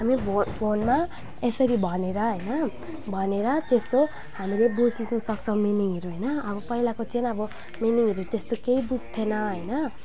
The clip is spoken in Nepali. हामी भो फोनमा यसरी भनेर होइन भनेर त्यस्तो हामीले बुझ्नु चाहिँ सक्छौँ मिनिङहरू होइन अब पहिलाको चाहिँ अब मिनिङहरू त्यस्तो केही बुझ्थेन होइन